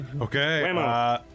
Okay